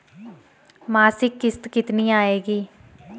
मासिक किश्त कितनी आएगी?